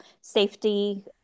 safety